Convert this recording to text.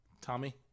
Tommy